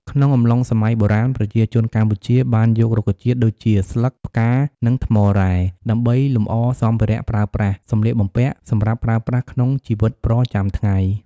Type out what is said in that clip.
ក្នុងអំឡុងសម័យបុរាណ ប្រជាជនកម្ពុជាបានយករុក្ខជាតិដូចជាស្លឹក ផ្កា និងថ្មរ៉ែ ដើម្បីលម្អសម្ភារៈប្រើប្រាស់ សម្លៀកបំពាក់ សម្រាប់ប្រើប្រាស់ក្នុងជីវិតប្រចាំថ្ងៃ។។